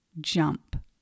jump